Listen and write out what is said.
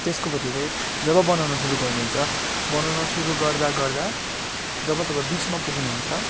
त्यसको बदली चाहिँ जब बनाउनु सुरु गर्नुहुन्छ बनाउनु सुरु गर्दा गर्दा जब तपाईँ बिचमा पुग्न हुन्छ